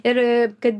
ir kad